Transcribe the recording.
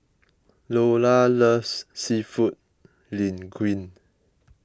Loula loves Seafood Linguine